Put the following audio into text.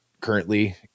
currently